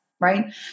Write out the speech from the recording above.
right